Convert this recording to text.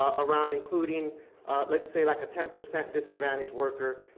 ah around including let's say like a ten percent disadvantaged worker,